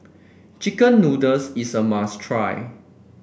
chicken noodles is a must try